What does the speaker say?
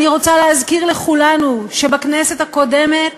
אני רוצה להזכיר לכולנו שבכנסת הקודמת